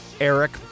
Eric